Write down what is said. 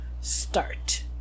start